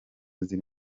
ziri